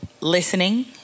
listening